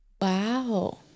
Wow